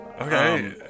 okay